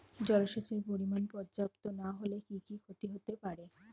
জলসেচের পরিমাণ পর্যাপ্ত না হলে কি কি ক্ষতি হতে পারে?